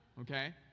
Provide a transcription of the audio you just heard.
okay